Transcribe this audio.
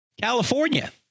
California